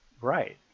Right